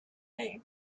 name